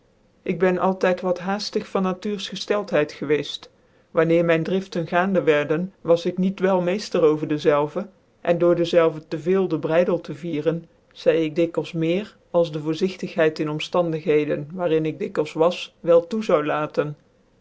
ik ben altyd wat haaftjg van natuursgcftclthcidgcwccft wanneer myn driften gaande wierden was ik niet wel meefter over dezelve cn door dezelve tc veel den brydcl tc vieren zeidc ik dikwils meer als de voorzigtighcid in omftandigheden waar in ik dikwils was wel toe zoude laten